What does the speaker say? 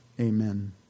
Amen